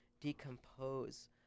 decompose